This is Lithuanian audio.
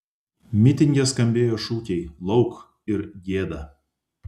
mitinge skambėjo šūkiai lauk ir gėda